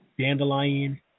dandelion